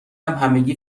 همگی